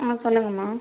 ஆ சொல்லுங்கமா